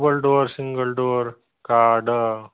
double door single door card